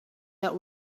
that